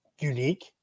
unique